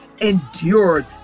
endured